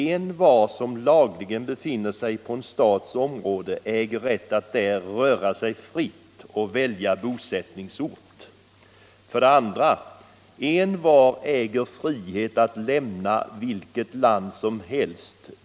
Envar som lagligen befinner sig på en stats område äger rätt att där röra sig fritt och fritt välja bosättningsort. 2. Envar äger frihet att lämna vilket land som helst.